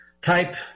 type